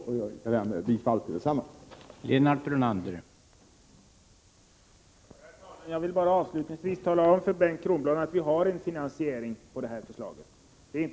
Jag yrkar därför bifall till utskottets hemställan.